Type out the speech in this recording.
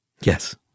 Yes